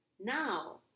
Now